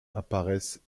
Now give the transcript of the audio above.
apparaissent